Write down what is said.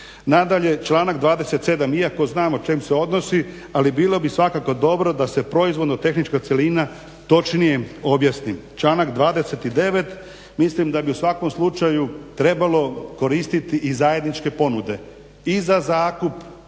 Nadalje, članak 27. iako znam o čem se odnosi, ali bilo bi svakako dobro da se proizvoljno tehnička cjelina točnije objasni. Članak 29. mislim da bi u svakom slučaju trebalo koristiti i zajedničke ponude i za zakup